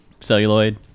celluloid